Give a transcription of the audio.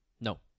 No